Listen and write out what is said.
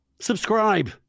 subscribe